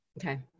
Okay